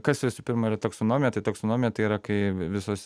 kad visų pirma yra taksonomija tai taksonomiją tai yra kai visos